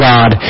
God